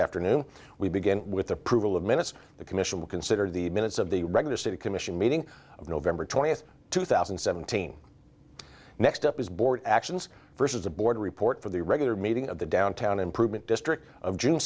afternoon we begin with approval of minutes the commission will consider the minutes of the regular city commission meeting of november twentieth two thousand and seventeen next up his board actions versus a board report for the regular meeting of the downtown improvement district of june